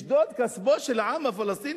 לשדוד את כספו של העם הפלסטיני.